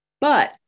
but-